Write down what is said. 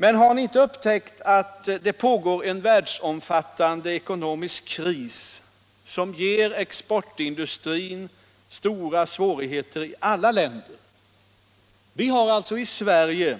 Men har ni inte upptäckt att det pågår en världsomfattande ekonomisk kris, som ger exportindustrin stora svårigheter i alla länder? Vi har i Sverige